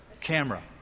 camera